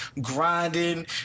grinding